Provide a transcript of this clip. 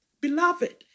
Beloved